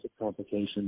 complications